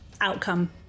outcome